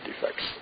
defects